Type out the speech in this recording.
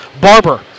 Barber